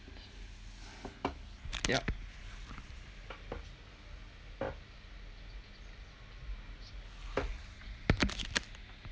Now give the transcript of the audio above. yup